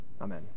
Amen